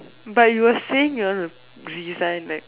but you were saying you want to resign right